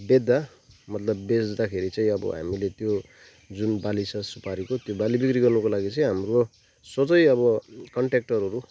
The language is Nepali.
बेच्दा मतलब बेच्दाखेरि चाहिँ अब हामीले त्यो जुन बाली छ सुपारीको त्यो बाली बिक्री गर्नको लागि चाहिँ हाम्रो सोझै अब कन्ट्र्याक्टरहरू